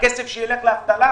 הכסף שילך לאבטלה,